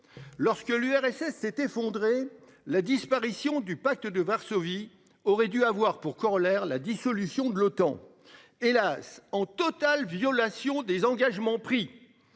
Lorsque l'URSS s'est effondrée. La disparition du Pacte de Varsovie aurait dû avoir pour corollaire la dissolution de l'OTAN. Hélas, en totale violation des engagements pris.